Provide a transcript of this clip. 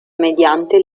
mediante